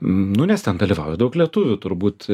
nu nes ten dalyvauja daug lietuvių turbūt